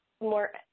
more